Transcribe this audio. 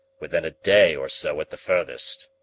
within a day or so at the furthest.